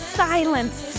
silence